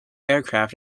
aircraft